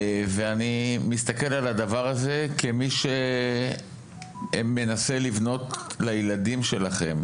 אני מסתכל על הדבר הזה כמי שמנסה לבנות לילדים שלכם,